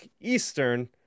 Eastern